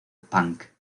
punk